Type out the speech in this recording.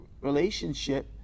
relationship